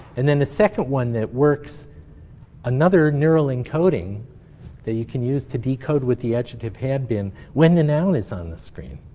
and then the second one that works another neural encoding that you can use to decode what the adjective had been when the noun is on the screen.